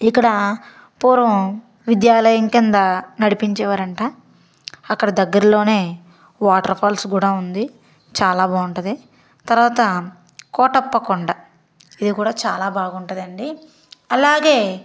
ఇక్కడ పూర్వం విద్యాలయం కింద నడిపిచ్చే వారనమాట అక్కడ దగ్గరలోనే వాటర్ ఫాల్స్ కూడా ఉంది చాలా బాగుంటుంది తరువాత కోటప్ప కొండ ఇది కూడా చాలా బాగుంటుందండి అలాగే